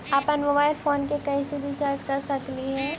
अप्पन mobile phone के कैसे रिचार्ज कर सकली हे?